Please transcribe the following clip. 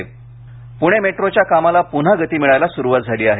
प्णे मेट्रोच्या कामाला पुन्हा गती मिळायला सुरुवात झाली आहे